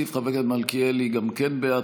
חבר הכנסת מלכיאלי גם כן בעד,